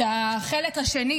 את החלק השני